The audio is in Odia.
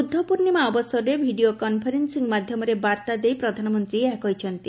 ବୁଦ୍ଧ ପୂର୍ଣ୍ଣିମା ଅବସରରେ ଭିଡ଼ିଓ କନ୍ଫରେନ୍ସିଂ ମାଧ୍ୟମରେ ବାର୍ତ୍ତା ଦେଇ ପ୍ରଧାନମନ୍ତ୍ରୀ ଏହା କହିଛନ୍ତି